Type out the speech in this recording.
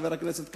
חבר הכנסת כץ,